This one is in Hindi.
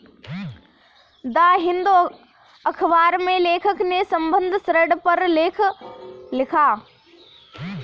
द हिंदू अखबार में लेखक ने संबंद्ध ऋण पर लेख लिखा